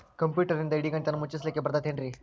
ಕಂಪ್ಯೂಟರ್ನಿಂದ್ ಇಡಿಗಂಟನ್ನ ಮುಚ್ಚಸ್ಲಿಕ್ಕೆ ಬರತೈತೇನ್ರೇ?